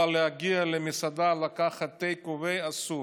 אבל להגיע למסעדה לקחת take away אסור.